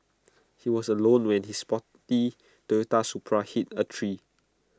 he was alone when his sporty Toyota Supra hit A tree